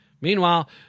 Meanwhile